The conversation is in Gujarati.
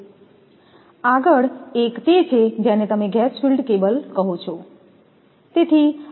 આગળ એક તે છે જેને તમે ગેસફિલ્ડ કેબલ કહો છો